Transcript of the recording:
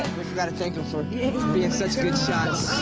we forgot to thank him for being such good shots.